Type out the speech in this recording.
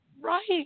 Right